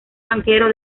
banquero